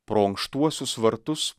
pro ankštuosius vartus